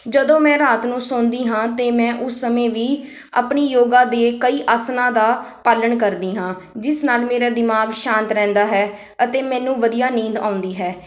ਜਦੋਂ ਮੈਂ ਰਾਤ ਨੂੰ ਸੌਂਦੀ ਹਾਂ ਤਾਂ ਮੈਂ ਉਸ ਸਮੇਂ ਵੀ ਆਪਣੀ ਯੋਗਾ ਦੇ ਕਈ ਆਸਣਾਂ ਦਾ ਪਾਲਣ ਕਰਦੀ ਹਾਂ ਜਿਸ ਨਾਲ ਮੇਰਾ ਦਿਮਾਗ ਸ਼ਾਂਤ ਰਹਿੰਦਾ ਹੈ ਅਤੇ ਮੈਨੂੰ ਵਧੀਆ ਨੀਂਦ ਆਉਂਦੀ ਹੈ